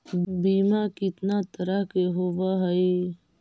बीमा कितना तरह के होव हइ?